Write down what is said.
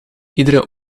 iedere